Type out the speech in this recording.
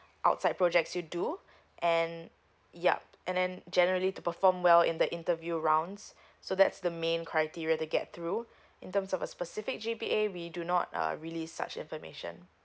outside projects you do and yup and then generally to perform well in the interview rounds so that's the main criteria to get through in terms of uh specific C_G_P_A we do not uh really such information